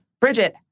Bridget